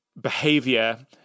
behavior